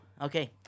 Okay